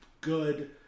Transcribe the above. good